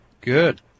Good